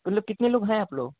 मतलब कितने लोग हैं आप लोग